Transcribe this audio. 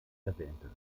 erwähnte